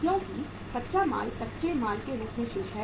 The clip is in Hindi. क्योंकि कच्चा माल कच्चे माल के रूप में शेष है